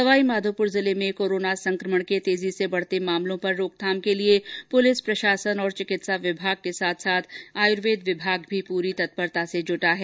सवाई माधोपुर जिले में कोरोना संक्रमण के तेजी से बढ़ते मामलों पर रोकथाम के लिए पुलिस प्रशासन और चिकित्सा विभाग के साथ साथ आयुर्वेद विभाग भी पूरी तत्परता से जुटा हुआ है